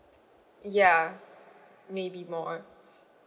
ya maybe more on